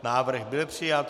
Návrh byl přijat.